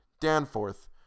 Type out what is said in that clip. Danforth